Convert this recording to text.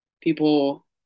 people